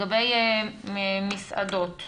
אני